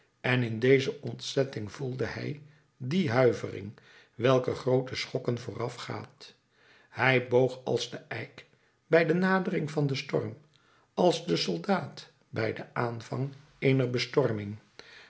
en in deze ontzetting voelde hij die huivering welke groote schokken voorafgaat hij boog als de eik bij de nadering van den storm als de soldaat bij den aanvang eener bestorming